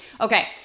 Okay